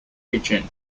kitchen